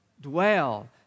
Dwell